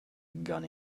gun